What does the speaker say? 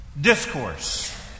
discourse